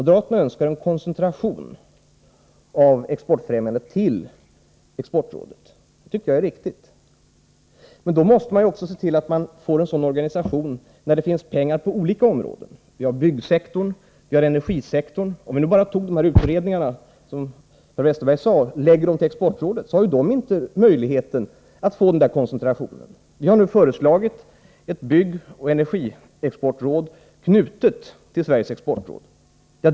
De vill ju ha en koncentration av exportfrämjandet till Exportrådet, och det tycker jag är riktigt. Men då måste man också se till att få en lämplig organisation, när det nu finns pengar på olika områden. Vi har byggsektorn, och vi har energisektorn. Om de utredningar som Per Westerberg talade om bara hänförs till Exportrådet, finns det inte möjlighet där att åstadkomma denna koncentration. Vi har nu föreslagit ett byggoch energiexportråd knutet till Sveriges exportråd.